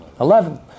Eleven